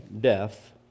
death